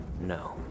No